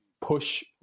push